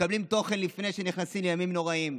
מקבלים תוכן לפני שנכנסים לימים נוראים.